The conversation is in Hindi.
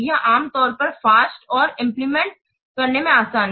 यह आमतौर पर फ़ास्ट और इम्प्लेमेंत करने में आसान है